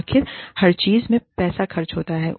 आखिर हर चीज में पैसा खर्च होता है